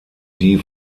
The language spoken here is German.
die